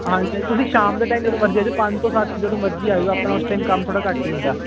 ਹਾਂਜੀ ਹਾਂਜੀ ਤੁਸੀਂ ਸ਼ਾਮ ਦੇ ਟਾਈਮ ਜਦੋਂ ਮਰਜ਼ੀ ਆ ਜਾਓ ਪੰਜ ਤੋਂ ਸੱਤ ਜਦੋਂ ਮਰਜ਼ੀ ਆ ਜਾਓ ਆਪਣਾ ਉਸ ਟਾਈਮ ਕੰਮ ਥੋੜ੍ਹਾ ਘੱਟ ਹੀ ਹੁੰਦਾ